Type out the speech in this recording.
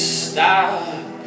stop